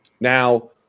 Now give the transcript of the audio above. Now